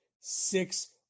six